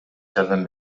жардам